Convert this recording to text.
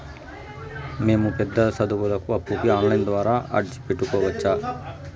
మేము పెద్ద సదువులకు అప్పుకి ఆన్లైన్ ద్వారా అర్జీ పెట్టుకోవచ్చా?